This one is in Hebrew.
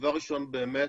דבר ראשון באמת